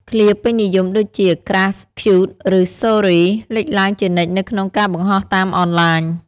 ឃ្លាពេញនិយមដូចជា "crush" "cute" ឬ "sorry" លេចឡើងជានិច្ចនៅក្នុងការបង្ហោះតាមអនឡាញ។